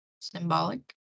symbolic